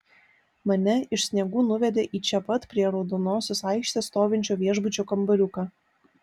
mane iš sniegų nuvedė į čia pat prie raudonosios aikštės stovinčio viešbučio kambariuką